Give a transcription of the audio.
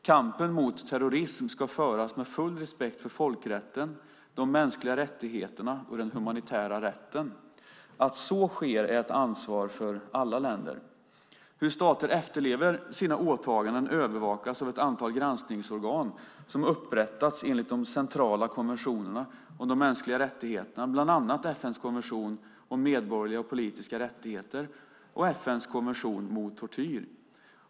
Kampen mot terrorism ska föras med full respekt för folkrätten, de mänskliga rättigheterna och den humanitära rätten. Att så sker är att ta ansvar för alla länder. Hur stater efterlever sina åtaganden övervakas av ett antal granskningsorgan som upprättats enligt de centrala konventionerna om de mänskliga rättigheterna, bland annat FN:s konvention om medborgerliga och politiska rättigheter och FN:s konvention mot tortyr.